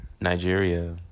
Nigeria